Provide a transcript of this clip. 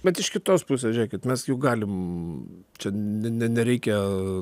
bet iš kitos pusės žiūrėkit mes juk galim čia ne ne nereikia